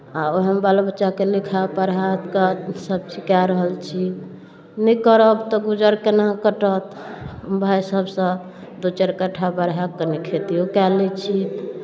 आ वैह मऽ बाल बच्चा कऽ लिखा पढ़ा कऽ सब सीखा रहल छी नहि करब तऽ गुजर केना कटत भाइ सभसँ दू चारि कट्ठा बढ़ा कऽ कनी खेतिओ कए लै छी